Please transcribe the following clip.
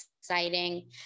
exciting